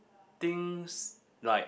things like